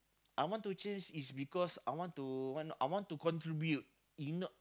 I want to change is because I want to want I want to contribute y~ know